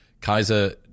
Kaiser